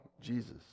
Jesus